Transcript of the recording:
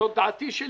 זו דעתי שלי.